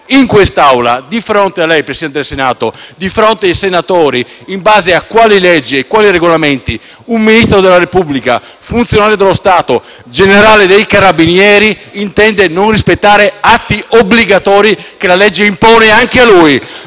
in quest'Aula, di fronte a lei, signor Presidente del Senato, e ai senatori in base a quali leggi e Regolamenti un Ministro della Repubblica, funzionario dello Stato e generale dei Carabinieri, intenda non rispettare atti obbligatori, che la legge impone anche a lui.